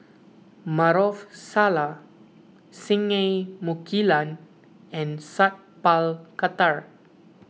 Maarof Salleh Singai Mukilan and Sat Pal Khattar